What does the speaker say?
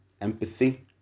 empathy